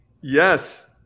Yes